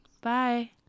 Bye